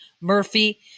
Murphy